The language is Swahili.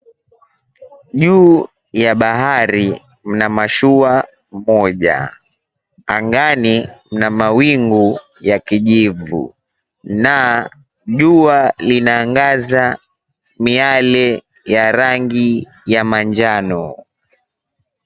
Juu ya bahari mna mashua mmoja. Angani mna ya kijivu na jua linaangaza miale ya rangi ya manjano.